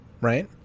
Right